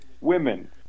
women